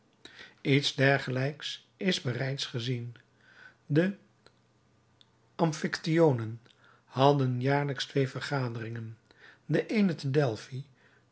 iets dergelijks is bereids gezien de amphyctionen hadden jaarlijks twee vergaderingen de eene te delphi